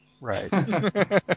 Right